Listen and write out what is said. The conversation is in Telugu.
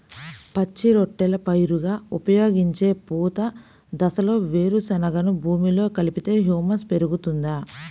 పచ్చి రొట్టెల పైరుగా ఉపయోగించే పూత దశలో వేరుశెనగను భూమిలో కలిపితే హ్యూమస్ పెరుగుతుందా?